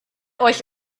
euch